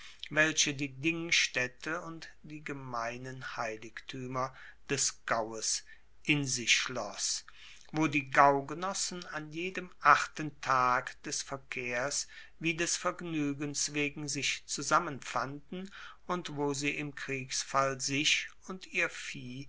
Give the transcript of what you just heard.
welche die dingstaette und die gemeinen heiligtuemer des gaues in sich schloss wo die gaugenossen an jedem achten tag des verkehrs wie des vergnuegens wegen sich zusammenfanden und wo sie im kriegsfall sich und ihr vieh